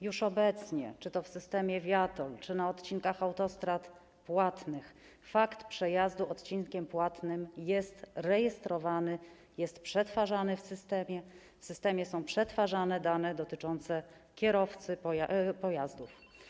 Już obecnie czy to w systemie viaTOLL, czy to na odcinkach autostrad płatnych fakt przejazdu odcinkiem płatnym jest rejestrowany, jest przetwarzany w systemie, w systemie są przetwarzane dane dotyczące kierowcy... pojazdów.